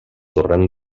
torrent